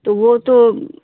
तो वो तो